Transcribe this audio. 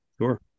Sure